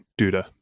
Duda